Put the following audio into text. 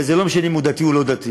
וזה לא משנה אם האדם דתי או לא דתי.